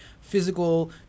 physical